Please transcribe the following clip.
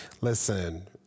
Listen